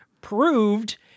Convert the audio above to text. proved